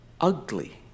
ugly